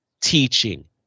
teaching